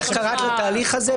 איך קראת לתהליך הזה,